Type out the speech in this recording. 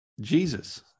jesus